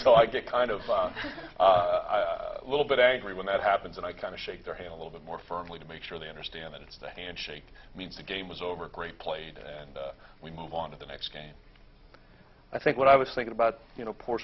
so i get kind of a little bit angry when that happens and i kind of shake their hand a little bit more firmly to make sure they understand it's the handshake means the game is over great played and we move on to the next game i think what i was thinking about you know poor